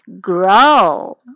grow